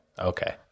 okay